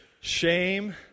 shame